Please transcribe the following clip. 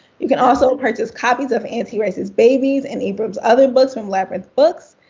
you can also purchase copies of antiracist baby and ibram's other books from labyrinth books.